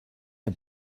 der